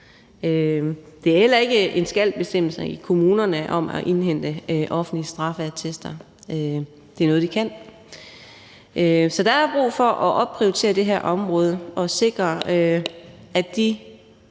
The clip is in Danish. Der er heller ikke en »skal«-bestemmelse i kommunerne om at indhente offentlige straffeattester, men det er noget, de kan. Så der er brug for at opprioritere det her område og sikre, at de